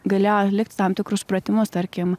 galėjo atlikti tam tikrus pratimus tarkim